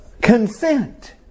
consent